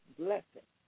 blessing